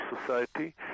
society